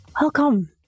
welcome